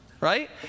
Right